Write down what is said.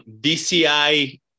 DCI